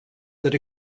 that